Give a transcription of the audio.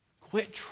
Quit